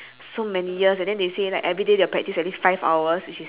so many years and then they say like everyday their practice at least five hours which is